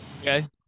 okay